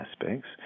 aspects